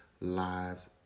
lives